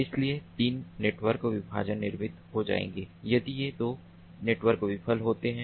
इसलिए तीन नेटवर्क विभाजन निर्मित हो जाएंगे यदि ये दो नोड्स विफल होते हैं